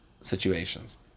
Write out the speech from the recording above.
situations